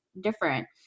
different